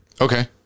Okay